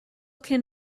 can